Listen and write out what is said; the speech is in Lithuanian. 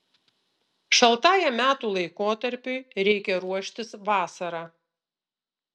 šaltajam metų laikotarpiui reikia ruoštis vasarą